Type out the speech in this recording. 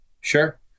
Sure